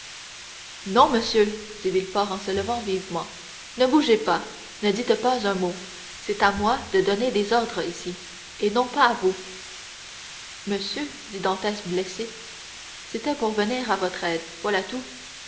non monsieur dit villefort en se levant vivement ne bougez pas ne dites pas un mot c'est à moi à donner des ordres ici et non pas à vous monsieur dit dantès blessé c'était pour venir à votre aide voilà tout